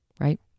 right